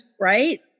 right